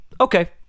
Okay